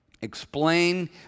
Explain